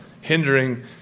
hindering